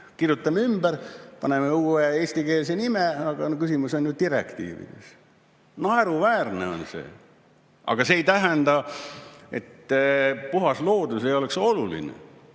kirjutame ümber, paneme uue eestikeelse nime, aga küsimus on ju direktiivis. Naeruväärne on see. Aga see ei tähenda, et puhas loodus ei ole oluline.